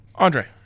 Andre